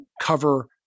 cover